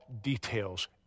details